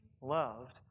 loved